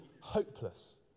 hopeless